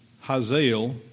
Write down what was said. Hazael